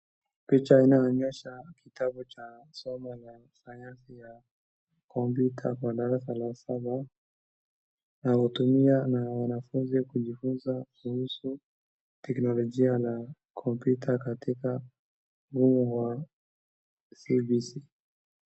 Picha inayonyesha kitabu cha somo ya kisayansi ya kompyuta kwa darasa la saba na hutumia na wanafunzi kujifunza kuhusu teknolojia na kompyuta katika mfumo wa cbc .